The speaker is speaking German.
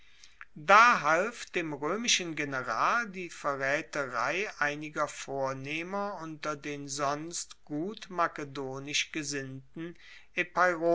da half dem roemischen general die verraeterei einiger vornehmer unter den sonst gut makedonisch gesinnten